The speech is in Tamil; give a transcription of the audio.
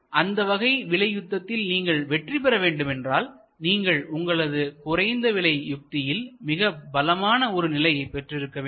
அந்த வகை விலை யுத்தத்தில் நீங்கள் வெற்றி பெற வேண்டுமென்றால் நீங்கள் உங்களது குறைந்த விலை யுக்தியில் மிகப் பலமான ஒரு நிலையை பெற்றிருக்க வேண்டும்